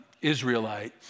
Israelite